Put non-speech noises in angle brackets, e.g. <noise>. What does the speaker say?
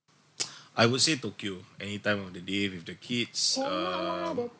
<noise> I would say tokyo anytime of the day with the kids um